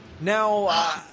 Now